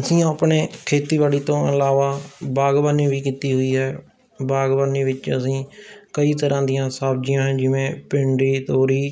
ਅਸੀਂ ਆਪਣੇ ਖੇਤੀਬਾੜੀ ਤੋਂ ਇਲਾਵਾ ਬਾਗਬਾਨੀ ਵੀ ਕੀਤੀ ਹੋਈ ਹੈ ਬਾਗਬਾਨੀ ਵਿੱਚ ਅਸੀਂ ਕਈ ਤਰ੍ਹਾਂ ਦੀਆਂ ਸਬਜ਼ੀਆਂ ਜਿਵੇਂ ਭਿੰਡੀ ਤੋਰੀ